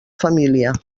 família